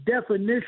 definition